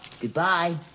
goodbye